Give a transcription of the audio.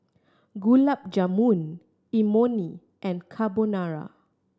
Gulab Jamun Imoni and Carbonara